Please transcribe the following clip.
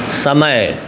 समय